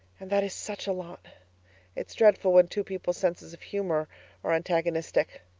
and that is such a lot it's dreadful when two people's senses of humour are antagonistic.